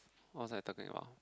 what was I talking about